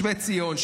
שבי ציון,